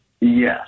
Yes